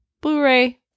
Blu-ray